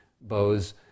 bows